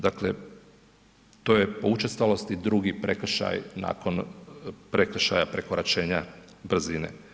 Dakle to je po učestalosti drugi prekršaj nakon prekršaja prekoračenja brzine.